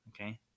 Okay